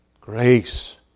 grace